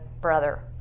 brother